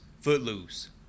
Footloose